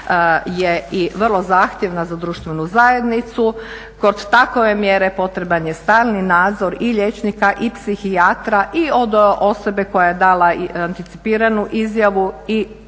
je i vrlo zahtjevna za društvenu zajednicu. Kod takve mjere potreban je stalni nadzor i liječnika i psihijatra i od osobe koja je dala anticipiranu izjavu ili